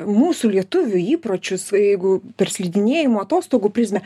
mūsų lietuvių įpročius jeigu per slidinėjimo atostogų prizmę